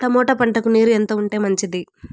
Tomato పంటకు నీరు ఎంత ఉంటే మంచిది?